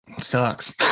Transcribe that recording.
sucks